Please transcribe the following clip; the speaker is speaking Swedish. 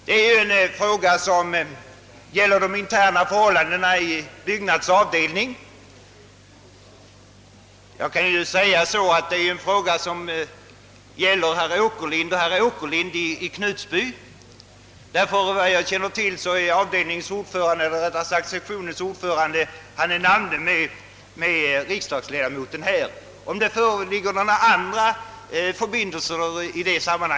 Denna sak gäller helt de interna förbindelserna mellan avdelningen och herr Åkerlind i Knutsby, ordförande i sektionen på platsen och namne med riksdagsledamoten här i kammaren — om det i detta sammanhang föreligger några andra förbindelser är mig obekant.